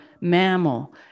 mammal